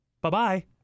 Bye-bye